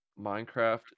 Minecraft